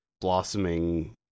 blossoming